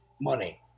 money